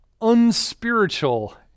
unspiritual